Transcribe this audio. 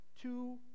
Two